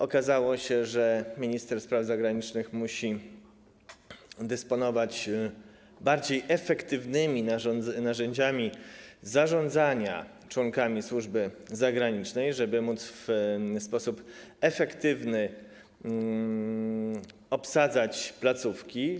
Okazało się, że minister spraw zagranicznych musi dysponować bardziej efektywnymi narzędziami zarządzania członkami służby zagranicznej, żeby móc w sposób efektywny obsadzać placówki.